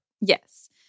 Yes